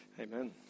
Amen